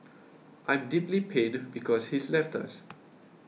I'm deeply pained because he's left us